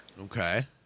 Okay